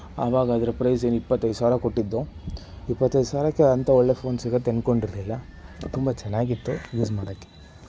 ಆವಾಗ ಅದರ ಪ್ರೈಸ್ ಏನು ಇಪ್ಪತ್ತೈದು ಸಾವಿರ ಕೊಟ್ಟಿದ್ದು ಇಪ್ಪತ್ತೈದು ಸಾವಿರಕ್ಕೆ ಅಂಥ ಒಳ್ಳೆಯ ಫ಼ೋನ್ ಸಿಗುತ್ತೆ ಅಂದುಕೊಂಡಿರ್ಲಿಲ್ಲ ತುಂಬಾ ಚೆನ್ನಾಗಿ ಇತ್ತು ಯೂಸ್ ಮಾಡೋಕ್ಕೆ